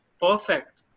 perfect